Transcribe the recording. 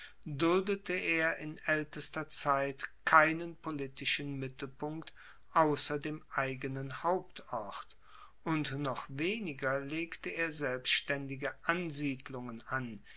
duldete er in aeltester zeit keinen politischen mittelpunkt ausser dem eigenen hauptort und noch weniger legte er selbstaendige ansiedlungen an